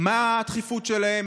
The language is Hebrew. מה התכיפות שלהן?